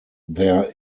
their